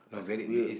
we